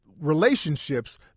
relationships